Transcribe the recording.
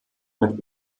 mit